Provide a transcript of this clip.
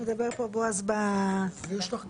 יישר כוח